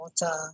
water